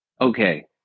Okay